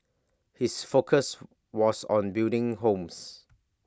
his focus was on building homes